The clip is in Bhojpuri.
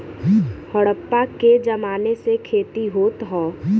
हड़प्पा के जमाने से खेती होत हौ